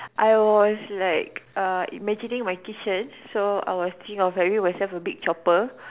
I was like err imagining my kitchen so I was thinking of having myself a big chopper